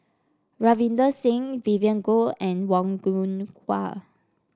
Ravinder Singh Vivien Goh and Wong Yoon Wah